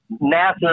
NASA